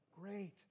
great